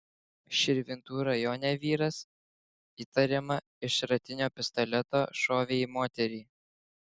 širvintų rajone vyras įtariama iš šratinio pistoleto šovė į moterį